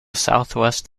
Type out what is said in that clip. southwest